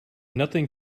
nothing